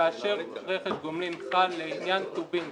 כאשר רכש גומלין חל לעניין טובין,